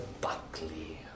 Buckley